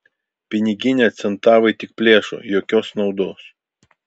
piniginę centavai tik plėšo jokios naudos